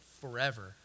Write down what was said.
forever